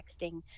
texting